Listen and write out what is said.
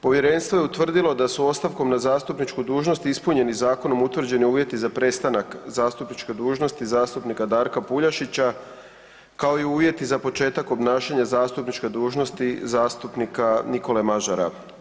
Povjerenstvo je utvrdilo da su ostavkom na zastupničku dužnost ispunjeni zakonom utvrđeni uvjeti za prestanak zastupničke dužnosti zastupnika Darka Puljašića, kao i uvjeti za početak obnašanja zastupničke dužnosti zastupnika Nikole Mažara.